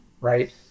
Right